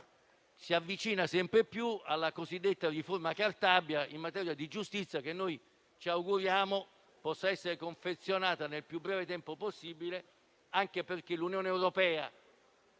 si avvicina sempre più alla cosiddetta riforma Cartabia in materia di giustizia. Ci auguriamo che tale riforma possa essere confezionata nel più breve tempo possibile, anche perché l'Unione europea